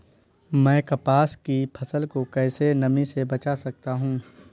मैं कपास की फसल को कैसे नमी से बचा सकता हूँ?